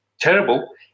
terrible